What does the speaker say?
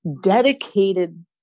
dedicated